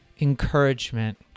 encouragement